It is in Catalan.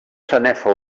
sanefa